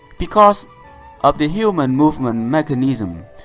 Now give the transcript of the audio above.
because of the human movement mechanism,